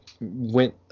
went